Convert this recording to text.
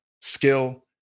skill